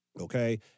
okay